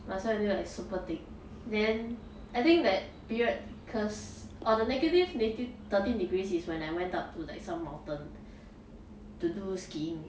must wear until like super thick then I think that period cause oh the negative thirteen degrees is when I went up to like some mountain to do skiing